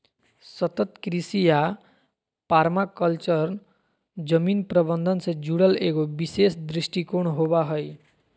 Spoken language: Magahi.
सतत कृषि या पर्माकल्चर जमीन प्रबन्धन से जुड़ल एगो विशेष दृष्टिकोण होबा हइ